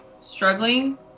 struggling